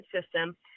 system